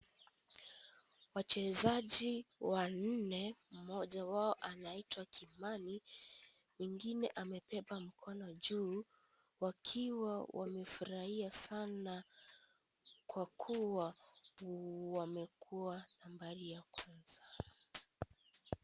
Wachezaji wanne, mmoja wao anaitwa Kimani, mwingine amebeba mkono juu wakiwa wamefurahia sana kwa kuwa wamekuwa nambari ya kwanza.